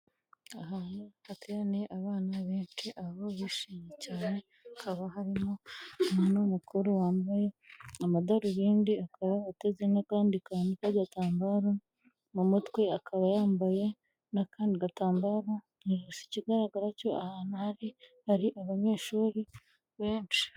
Ahantu hataraniye abana benshi, aho bishimye cyane. Hakaba harimo umuntu mukuru wambaye amadarubindi, akaba ateze n'akandi kantu k'agatambaro mu mutwe, akaba yambaye n'akandi gatambaro mu ijosi. Ikigaragara cyo aha hantu hari abanyeshuri benshi.